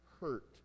hurt